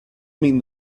mean